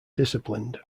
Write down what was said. disciplined